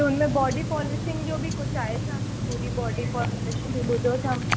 हुनमें body polishing जो बि कुझु आए छा कि पूरी बॉडी पॉलिशिंग जो बि ॿुधो अथम